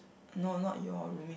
no not your roomie